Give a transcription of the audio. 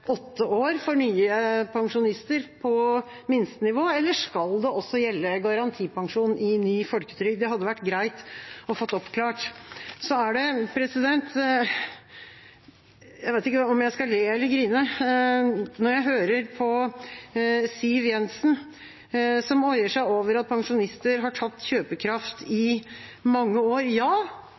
åtte år for nye pensjonister på minstenivå, eller skal det også gjelde garantipensjon i ny folketrygd? Det hadde vært greit å få oppklart. Jeg vet ikke om jeg skal le eller grine når jeg hører på Siv Jensen, som oier seg over at pensjonister har tapt kjøpekraft i mange år. Ja,